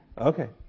Okay